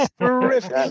terrific